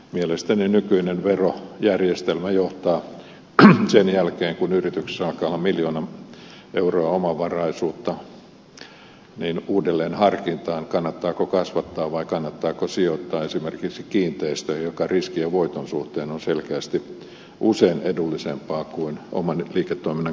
mielestäni nykyinen verojärjestelmä johtaa sen jälkeen kun yrityksessä alkaa olla miljoona euroa omavaraisuutta uudelleen harkintaan kannattaako kasvattaa vai kannattaako sijoittaa esimerkiksi kiinteistöihin mikä riskien voiton suhteen on selkeästi usein edullisempaa kuin oman liiketoiminnan kasvattaminen